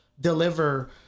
deliver